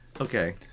Okay